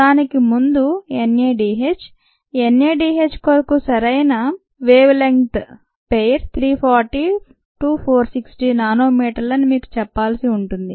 దానికి ముందు NADH NADH కొరకు సరైన వేవ్ లెంత్ పెయిర్ 340 460 నానోమీటర్ల అని నేను మీకు చెప్పాల్సి ఉంటుంది